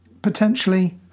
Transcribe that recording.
potentially